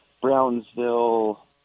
Brownsville